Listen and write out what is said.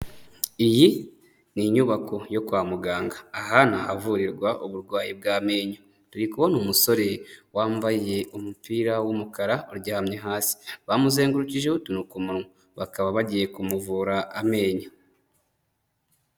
Iyi ni inyubako yo kwa muganga, aha ni ahavurirwa uburwayi bw'amenyo, turi kubona umusore wambaye umupira w'umukara uryamye hasi, bamuzengurukijeho utuntu ku munwa, bakaba bagiye kumuvura amenyo.